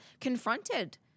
confronted